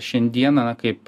šiandieną kaip